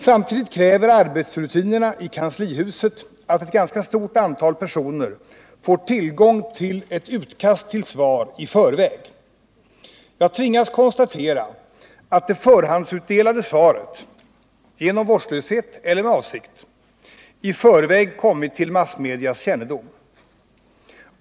Samtidigt kräver arbetsrutinerna i kanslihuset att ett ganska stort antal personer får tillgång till ett utkast till svar i förväg. Jag tvingas konstatera att det förhandsutdelade svaret, genom vårdslöshet eller avsiktligt, i förväg kommit till massmedias kännedom.